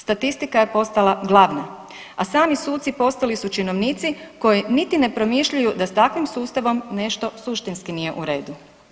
Statistika je postala glavna a sami suci postali su činovnici koji niti ne promišljaju da s takvim sustavom nešto suštinski nije u redu.